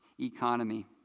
economy